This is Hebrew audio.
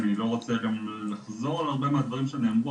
אני לא רוצה גם לחזור על הרבה מהדברים שנאמרו,